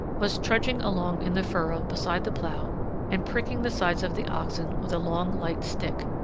was trudging along in the furrow beside the plough and pricking the sides of the oxen with a long, light stick,